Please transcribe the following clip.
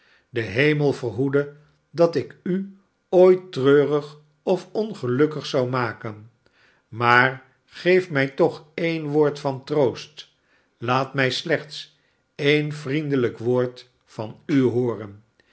de heme verhoede dat ik u ooit treurig of ongelukkig zou maken maar geef mij toch e'en woord van troost laat mij slechts e'en vriendelijk woord van u hooren